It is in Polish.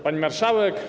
Pani Marszałek!